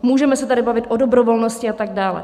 Můžeme se tady bavit o dobrovolnosti a tak dále.